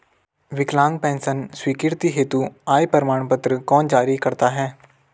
विकलांग पेंशन स्वीकृति हेतु आय प्रमाण पत्र कौन जारी करता है?